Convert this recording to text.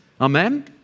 Amen